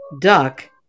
duck